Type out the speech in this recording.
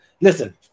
listen